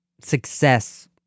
success